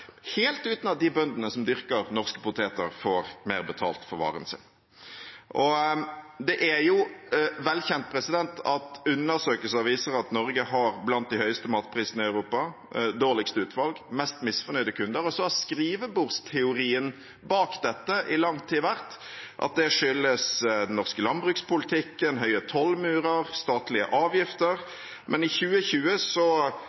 helt uten at de bøndene som dyrker norske poteter, får mer betalt for varen sin. Det er velkjent at undersøkelser viser at Norge har noen av de høyeste matprisene i Europa, dårligst utvalg og de mest misfornøyde kundene. I lang tid har skrivebordsteorien bak dette vært at det skyldes den norske landbrukspolitikken – høye tollmurer, statlige